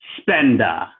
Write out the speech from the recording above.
Spender